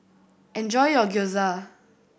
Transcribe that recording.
enjoy your Gyoza